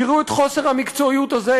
תראו את חוסר המקצועיות הזה,